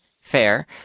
fair